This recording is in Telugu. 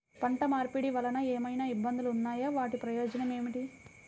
పంట మార్పిడి వలన ఏమయినా ఇబ్బందులు ఉన్నాయా వాటి ప్రయోజనం ఏంటి?